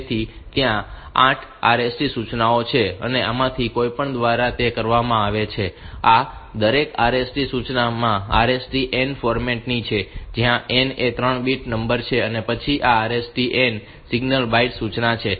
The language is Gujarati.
તેથી ત્યાં 8 RST સૂચનાઓ છે અને આમાંથી કોઈપણ દ્વારા તે કરવામાં આવે છે આ દરેક RST સૂચના RST n ફોર્મેટ ની છે જ્યાં n એ 3 બીટ નંબર છે અને પછી આ RST n એ સિંગલ બાઈટ સૂચના છે